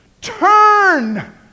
turn